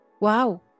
wow